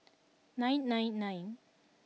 nine nine nine